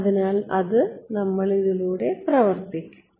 അതിനാൽ നമ്മൾ ഇതിലൂടെ പ്രവർത്തിക്കും